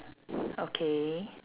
okay